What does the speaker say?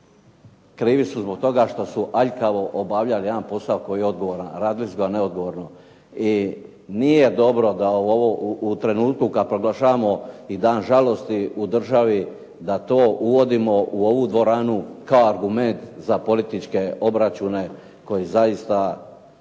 krivi su zbog toga što su aljkavo obavljali posao koji je odgovoran. Radili su ga neodgovorno. I nije dobro da u trenutku kada proglašavamo i dan žalosti u državi, da to uvodimo u ovu dvoranu kao argument za političke obračuna koji su zaista